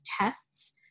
tests